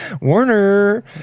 Warner